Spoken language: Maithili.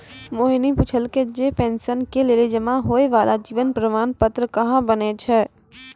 मोहिनी पुछलकै जे पेंशन के लेली जमा होय बाला जीवन प्रमाण पत्र कहाँ बनै छै?